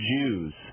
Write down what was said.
Jews